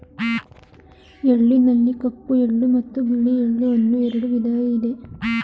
ಎಳ್ಳಿನಲ್ಲಿ ಕಪ್ಪು ಎಳ್ಳು ಮತ್ತು ಬಿಳಿ ಎಳ್ಳು ಅನ್ನೂ ಎರಡು ವಿಧ ಇದೆ